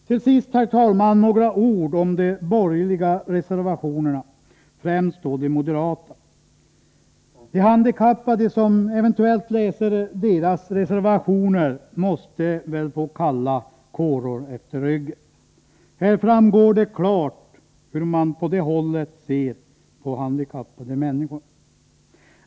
Till sist, herr talman, några ord om de borgerliga reservationerna, främst de moderata. De handikappade som eventuellt läser reservationerna från detta håll måste väl få kalla kårar utefter ryggen. Här framgår det klart hur man på borgerligt håll ser på handikappade människor.